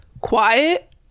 quiet